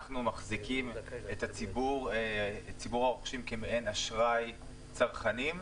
אנחנו מחזיקים את ציבור הרוכשים כמעין אשראי צרכנים.